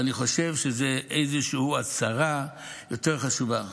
ואני חושב שזה איזושהי הצהרה יותר חשובה.